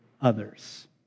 others